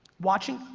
watching,